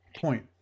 point